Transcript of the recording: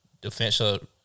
Defensive